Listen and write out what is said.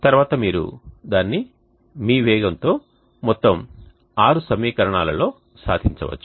తర్వాత మీరు దానిని మీ వేగంతో మొత్తం ఆరు సమీకరణాలలో సాధించవచ్చు